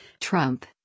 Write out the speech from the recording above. Trump